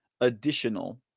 additional